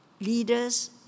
leaders